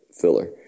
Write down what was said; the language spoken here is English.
filler